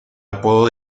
apodo